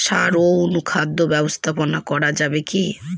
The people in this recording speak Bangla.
সাড় ও অনুখাদ্য ব্যবস্থাপনা করা যাবে কি?